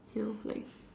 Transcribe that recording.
you know like